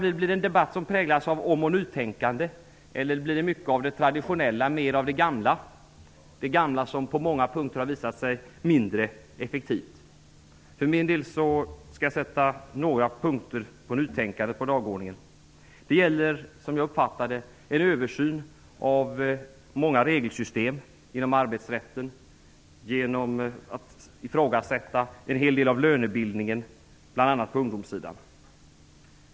Blir det en debatt som präglas av om och nytänkande eller blir det mycket av det traditionella och gamla, det gamla som på många punkter har visat sig mindre effektivt? För min del skall jag sätta några punkter för nytänkande på dagordningen. En sådan punkt är, som jag uppfattar det, en översyn av många regelsystem inom arbetsrätten genom att man ifrågasätter en hel del av lönebildningen, bl.a. på ungdomssidan.